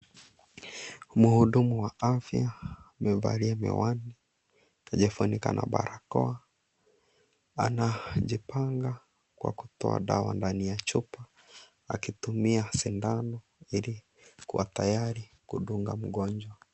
Muhudumu wa afya amevalia miwani akijifunika na barakoa anajipanga kwa kutoa dawa ndani ya chupa akitumia sindano ili kuwa tayari kudunga mgonjwa.